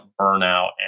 burnout